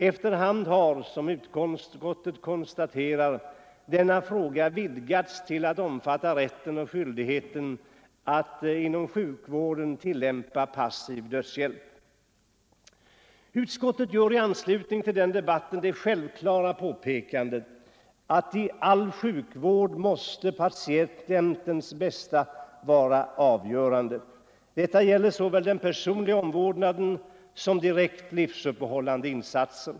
Efter hand har, som utskottet konstaterar, denna fråga vidgats till att omfatta rätten och skyldigheten att inom sjukvården tillämpa passiv dödshjälp. Utskottet gör i anslutning till den debatten det självklara påpekandet, att i all sjukvård måste patientens bästa vara avgörande. Detta gäller såväl den personliga omvårdnaden som direkt livsuppehållande insatser.